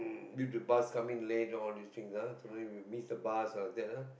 due to bus coming late and all these things ah so maybe we miss the bus like that ah